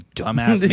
dumbass